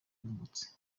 bungutse